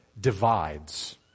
divides